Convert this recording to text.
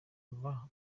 urumva